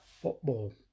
football